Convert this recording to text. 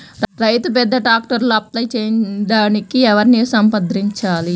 రైతు పెద్ద ట్రాక్టర్కు అప్లై చేయడానికి ఎవరిని సంప్రదించాలి?